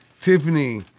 Tiffany